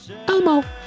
Elmo